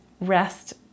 rest